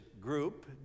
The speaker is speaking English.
Group